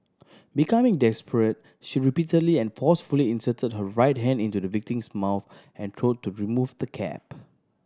becoming desperate she repeatedly and forcefully inserted her right hand into the victim's mouth and throat to remove the cap